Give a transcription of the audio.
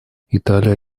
италия